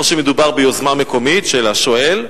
או שמדובר ביוזמה מקומית של השואל?